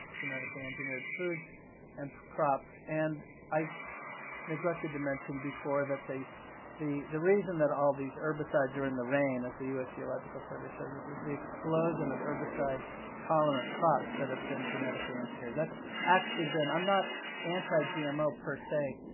genetically engineered foods and crops. and i neglected to mention before that the the reason that all these herbicides are in the rain, as the us geological survey shows us, is the explosion of herbicide tolerant crops that have been genetically engineered. that's actually been i'm not anti-gmo per se,